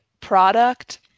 product